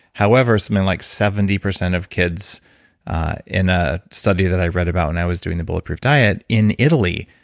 however, something like seventy percent of kids in a study that i read about when i was doing the bulletproof diet, in italy,